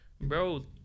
bro